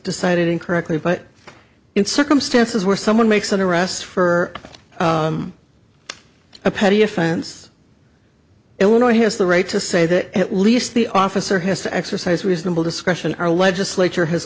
decided incorrectly but in circumstances where someone makes an arrest for a petty offense illinois has the right to say that at least the officer has to exercise reasonable discretion our legislature has